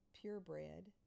Purebred